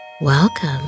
welcome